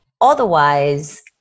Otherwise-